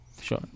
sure